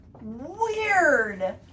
Weird